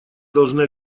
должны